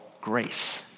grace